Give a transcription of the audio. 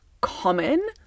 common